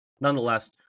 Nonetheless